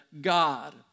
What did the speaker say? God